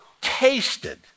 tasted